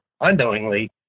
unknowingly